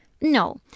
No